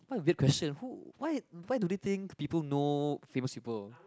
what a weird question who why why do they think people know famous people